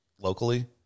locally